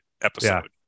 episode